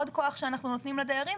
עוד כוח שאנחנו נותנים לדיירים,